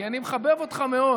כי אני מחבב אותך מאוד